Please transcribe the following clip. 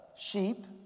sheep